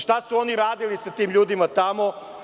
Šta su oni radili sa tim ljudima tamo?